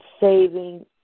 saving